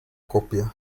copia